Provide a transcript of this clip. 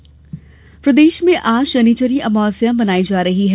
शनिचरी अमावस्या प्रदेश में आज शनिचरी अमावस्या मनायी जा रही है